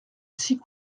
six